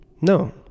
No